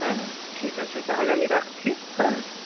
হ্যাঁ ঠিক আছে তাহলে আমি রাখছি হ্যাঁ